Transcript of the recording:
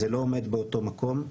זה לא עומד באותו מקום.